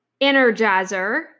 energizer